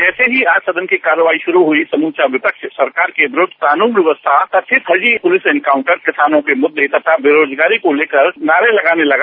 जैसे ही आज सदन की कार्यवाही शुरू हुई समूचा विपक्ष सरकार के विरुद्ध कानून व्यवस्था कथित फर्जी पुलिस एनकाउंटर किसानों के मुद्दे तथा बेरोजगारी को लेकर नारे लगाने लगा